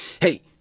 Hey